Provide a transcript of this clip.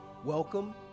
Welcome